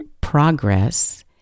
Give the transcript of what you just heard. progress